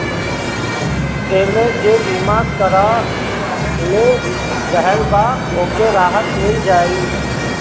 एमे जे बीमा करवले रहल बा ओके राहत मिल जाई